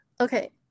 Okay